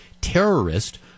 terrorist